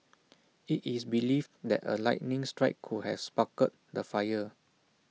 IT is believed that A lightning strike could have sparked the fire